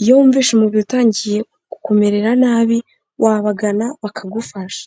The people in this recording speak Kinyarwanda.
iyo wumvise umubiri utangiye kukumerera nabi, wabagana bakagufasha.